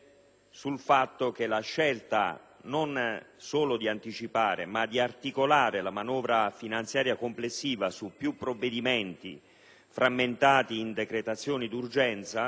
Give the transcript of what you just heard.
sul fatto che la scelta non solo di anticipare, ma anche di articolare la manovra finanziaria complessiva su più provvedimenti frammentati in decretazioni d'urgenza,